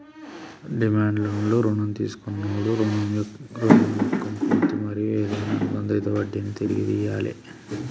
demand లోన్లు రుణం తీసుకొన్నోడి రుణం మొక్క పూర్తి మరియు ఏదైనా అనుబందిత వడ్డినీ తిరిగి ఇయ్యాలి